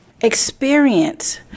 experience